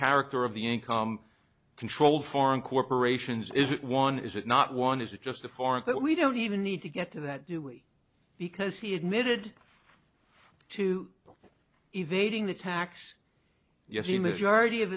character of the income control foreign corporations is it one is it not one is it just a foreign that we don't even need to get to that do we because he admitted to evading the tax yes the majority of